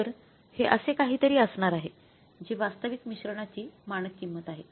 तर हे असे काहीतरी असणार आहे जे वास्तविक मिश्रणाची मानक किंमत आहे